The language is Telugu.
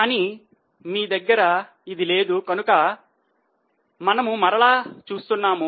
కానీ మీ దగ్గర ఇది లేదు కనుక ఇది మనము మరలా చూస్తున్నాము